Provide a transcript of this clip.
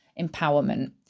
empowerment